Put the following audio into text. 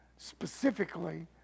Specifically